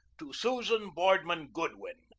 to susan boardman goodwin,